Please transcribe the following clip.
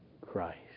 Christ